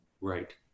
Right